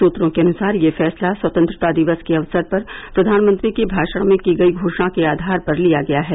सुत्रों के अनुसार यह फैसला स्वतंत्रता दिवस के अवसर पर प्रधानमंत्री के भाषण में की गई घोषणा के आधार पर लिया गया है